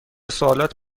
سوالات